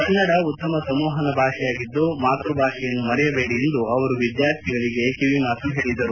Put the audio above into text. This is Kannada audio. ಕನ್ನಡ ಉತ್ತಮ ಸಂವಹನ ಭಾಷೆಯಾಗಿದ್ದು ಮಾತ್ಯ ಭಾಷೆಯನ್ನು ಮರೆಯಬೇಡಿ ಎಂದು ಅವರು ವಿದ್ಯಾರ್ಥಿಗಳಿಗೆ ಕಿವಿ ಮಾತು ಹೇಳಿದರು